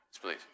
please